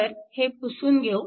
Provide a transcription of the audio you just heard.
तर हे पुसून घेऊ